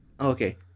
Okay